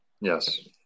Yes